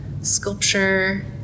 sculpture